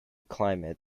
climate